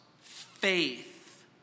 faith